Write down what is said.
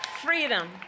Freedom